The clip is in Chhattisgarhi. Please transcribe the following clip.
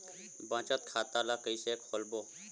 बचत खता ल कइसे खोलबों?